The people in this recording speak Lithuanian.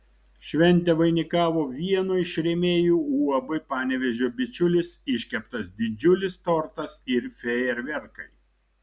šventę vainikavo vieno iš rėmėjų uab panevėžio bičiulis iškeptas didžiulis tortas ir fejerverkai